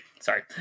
Sorry